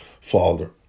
Father